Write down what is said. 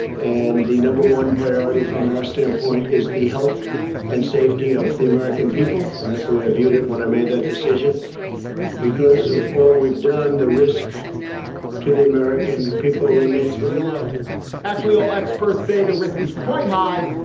and the number one priority from our standpoint is the health and safety of the american people. and that's the way i viewed it when i made that decision because of all we've done. the risk to the american people remains very low actually, all experts say the risk is quite high,